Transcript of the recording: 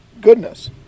goodness